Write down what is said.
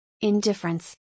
indifference